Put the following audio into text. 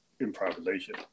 improvisation